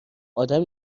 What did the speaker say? آدم